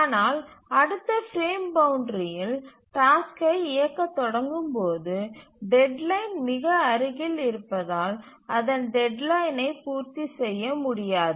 ஆனால் அடுத்த பிரேம் பவுண்ட்றியில் டாஸ்க்கை இயக்கத் தொடங்கும்போது டெட்லைன் மிக அருகில் இருப்பதால் அதன் டெட்லைனை பூர்த்தி செய்ய முடியாது